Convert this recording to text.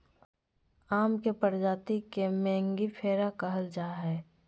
आम के प्रजाति के मेंगीफेरा कहल जाय हइ